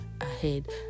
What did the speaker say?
ahead